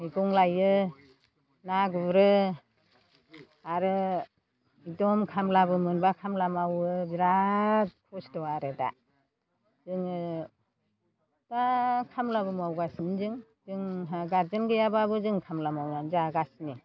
मैगं लायो ना गुरो आरो एखदम खामलाबो मोनब्ला खामलाबो मावो बिराद खस्थ' आरो दा जोङो दा खामलाबो मावगासिनो दं जों जोंहा गारजेन गैयाब्लाबो खामला मावनानै जागासिनो